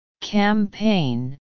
Campaign